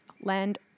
land